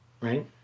Right